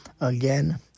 Again